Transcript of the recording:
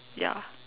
ya